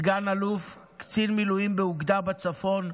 סגן אלוף, קצין מילואים באוגדה בצפון.